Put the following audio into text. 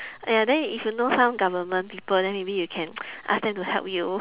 !aiya! then if you know some government people then maybe you know can ask them to help you